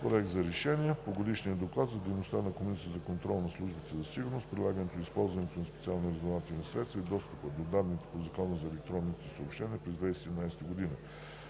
РЕШИ: Приема Годишния доклад за дейността на Комисията за контрол над службите за сигурност, прилагането и използването на специалните разузнавателни средства и достъпа до данните по Закона за електронните съобщения през 2017 г.